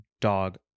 dog